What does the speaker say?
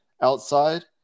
outside